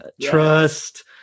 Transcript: Trust